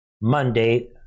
Monday